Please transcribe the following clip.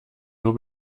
nur